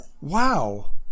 Wow